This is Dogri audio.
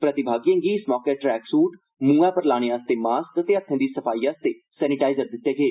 प्रतिभागिएं गी इस मौके ट्रैक सूट मुहै पर लाने आस्तै मास्क ते हत्थें दी सफाई लेई सेनीटाईजर बंड्डे गे